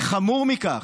וחמור מכך,